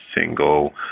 single